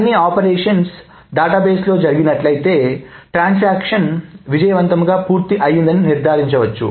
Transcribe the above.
అన్ని ఆపరేషన్స్ డేటాబేస్లో జరిగినట్లయితే ట్రాన్సాక్షన్ విజయవంతంగా పూర్తి అయిందని నిర్ధారించవచ్చు